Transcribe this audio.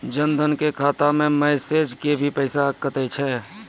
जन धन के खाता मैं मैसेज के भी पैसा कतो छ?